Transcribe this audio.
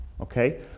okay